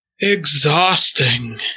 exhausting